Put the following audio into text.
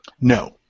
No